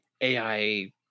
AI